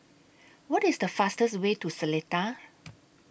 What IS The fastest Way to Seletar